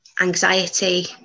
anxiety